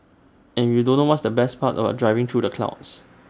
and you don't know what's the best part about driving through the clouds